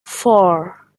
four